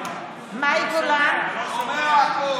לא שומע.